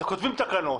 אז כותבים תקנות.